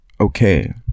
okay